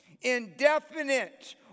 Indefinite